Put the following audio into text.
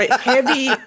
Heavy